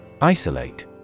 Isolate